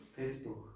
Facebook